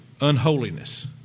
unholiness